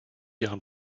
ihren